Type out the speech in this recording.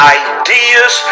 ideas